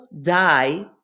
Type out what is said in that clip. die